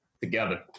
together